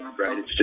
right